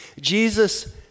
Jesus